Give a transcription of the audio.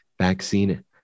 vaccine